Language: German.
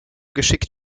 geschickt